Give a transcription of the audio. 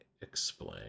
explain